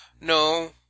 No